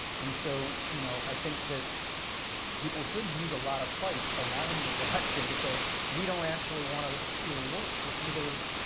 and so, you know i think that people should use a lot of fight around this election to say we don't actually wanna work for either,